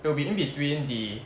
will be in between the